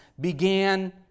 began